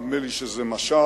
נדמה לי שזה משל,